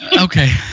okay